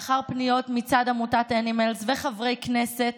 לאחר פניות מצד עמותת אנימלס וחברי כנסת,